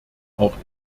auch